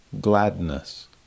gladness